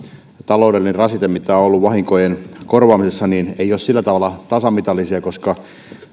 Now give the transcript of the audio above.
taloudellinen rasite mitä on ollut vahinkojen korvaamisessa eivät ole sillä tavalla tasamitallisia koska